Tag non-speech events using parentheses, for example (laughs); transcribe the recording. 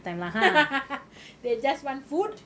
(laughs) they just want food